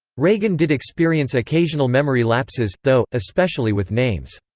reagan did experience occasional memory lapses, though, especially with names.